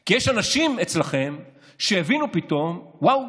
כי יש אנשים אצלכם שהבינו פתאום, וואו,